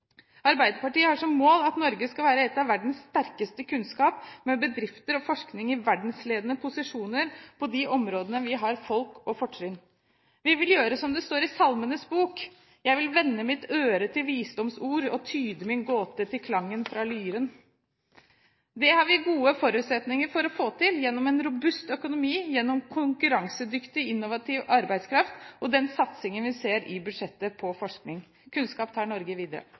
Arbeiderpartiet har som mål at Norge skal være blant verdens sterkeste når det gjelder kunnskap, med bedrifter og forskning i verdensledende posisjoner på de områdene vi har folk og fortrinn. Vi vil gjøre som det står i Salmenes bok: «Jeg vil vende mitt øre til visdomsord, tyde min gåte til klangen fra lyren.» Det har vi gode forutsetninger for å få til gjennom en robust økonomi, gjennom konkurransedyktig, innovativ arbeidskraft og gjennom den satsingen på forskning vi ser i budsjettet. Kunnskap tar Norge videre.